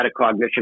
metacognition